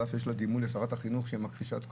על אף שיש דימוי לשרת החינוך שהיא מכחישת קורונה,